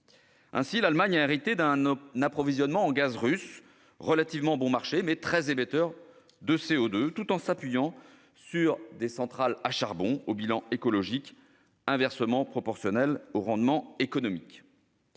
Ainsi, l'Allemagne a hérité d'un approvisionnement en gaz russe, relativement bon marché, mais très émetteur de CO2, tout en s'appuyant sur des centrales à charbon au bilan écologique inversement proportionnel au rendement économique.